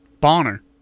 bonner